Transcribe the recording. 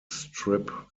strip